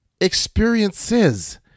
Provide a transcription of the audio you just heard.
experiences